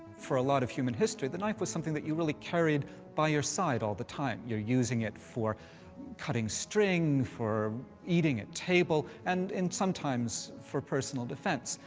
for a lot of human history, the knife was something that you really carried by your side all the time. you're using it for cutting string, for eating at table, and sometimes for personal defense.